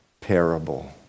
parable